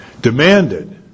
demanded